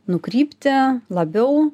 nukrypti labiau